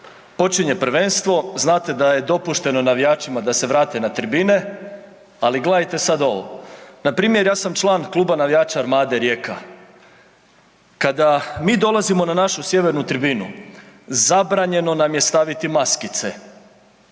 počinje prvenstvo, znate da je dopušteno navijačima da se vrate na tribine, ali gledajte sad ovo, npr. ja sam član kluba navijača Armade Rijeka, kada mi dolazimo na našu sjevernu tribinu zabranjeno nam je staviti maskice,